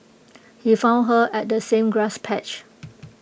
he found her at the same grass patch